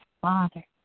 Father